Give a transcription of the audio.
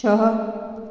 छह